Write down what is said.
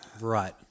Right